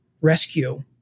rescue